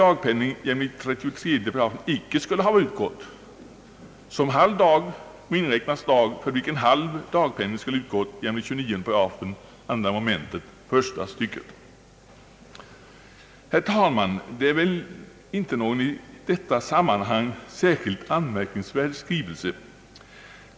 Det är väl inte någon i detta sammanhang särskilt anmärkningsvärd skrivning.